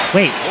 Wait